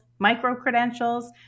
micro-credentials